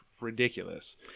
ridiculous